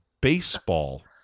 Baseball